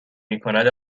میکند